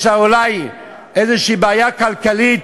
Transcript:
יש לה אולי איזו בעיה כלכלית,